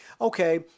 okay